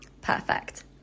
Perfect